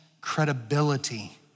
credibility